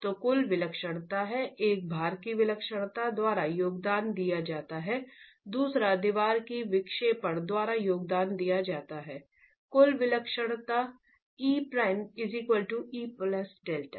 तो कुल विलक्षणता है एक भार की विलक्षणता द्वारा योगदान दिया जाता है दूसरा दीवार के विक्षेपण द्वारा योगदान दिया जाता है कुल विलक्षणता e e Δ